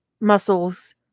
muscles